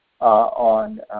On